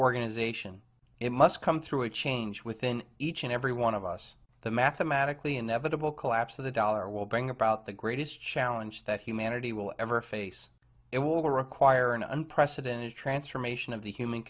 organization it must come through a change within each and every one of us the mathematically inevitable collapse of the dollar will bring about the greatest challenge that humanity will ever face it will require an unprecedented transformation of the human